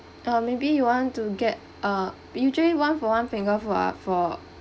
err maybe you want to get uh usually one for one finger for for